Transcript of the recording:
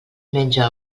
menja